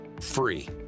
free